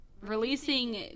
releasing